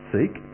Seek